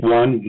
one